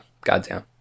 Goddamn